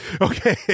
okay